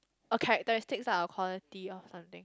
okay statistics are quality loh something